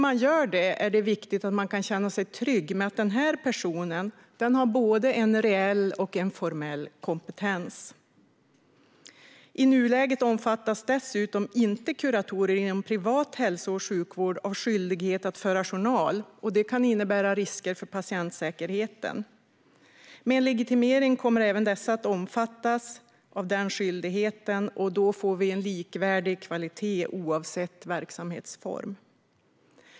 Man ska också kunna känna sig trygg med att denna person har både formell och reell kompetens. I nuläget omfattas inte kuratorer inom privat hälso och sjukvård av skyldighet att föra journal, vilket kan innebära risker för patientsäkerheten. Med en legitimering kommer även dessa att omfattas av denna skyldighet, och då blir kvaliteten likvärdig oavsett verksamhetsform.